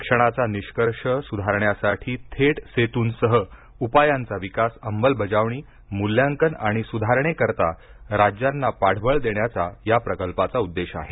शिक्षणाचा निष्कर्ष सुधारण्यासाठी थेट सेतूंसह उपायांचा विकास अंमलबजावणी मूल्यांकन आणि सुधारणेकरिता राज्यांना पाठबळ देण्याचा या प्रकल्पाचा उद्देश आहे